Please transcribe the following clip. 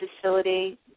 facility